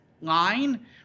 line